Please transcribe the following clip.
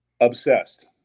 Obsessed